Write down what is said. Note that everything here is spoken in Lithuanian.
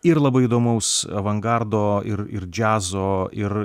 ir labai įdomaus avangardo ir ir džiazo ir